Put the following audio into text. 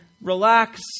relax